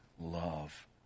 love